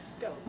go